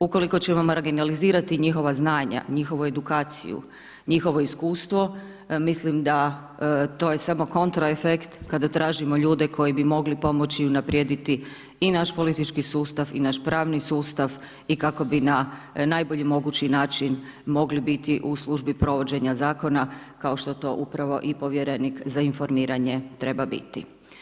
Ukoliko ćemo marginalizirati njihova znanja, njihovu edukaciju, njihovo iskustvo mislim da to je samo kontra efekt kada tražimo ljude koji bi mogli pomoći unaprijediti i naš politički sustav i naš pravni sustav i kako bi na najbolji mogući način mogli biti u službi provođenja zakona kao što to upravo i povjerenik za informiranje treba biti.